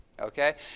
okay